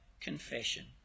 confession